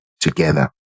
together